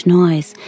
noise